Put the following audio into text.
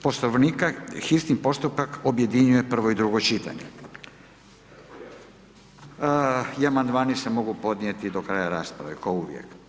Poslovnika, hitni postupak objedinjuje prvo i drugo čitanje i amandmani se mogu podnijeti do kraja rasprave, kao uvijek.